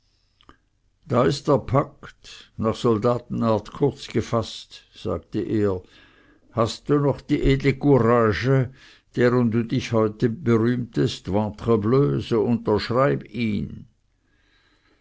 da ist der pakt nach soldatenart kurz gefaßt sagte er hast du noch die edle courage deren du dich heute berühmtest ventrebleu so unterschreib ihn